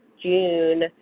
June